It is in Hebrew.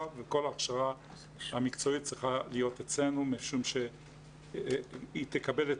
וכל ההכשרה המקצועית צריכה להיות אצלנו משום שהיא תקבל את